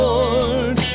Lord